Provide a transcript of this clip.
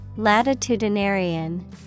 Latitudinarian